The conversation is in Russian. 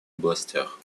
областях